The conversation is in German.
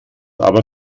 aber